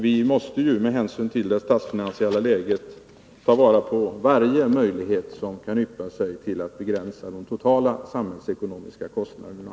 Vi måste, med hänsyn till det statsfinansiella läget, ta vara på varje möjlighet som kan yppa sig att begränsa de totala samhällsekonomiska kostnaderna.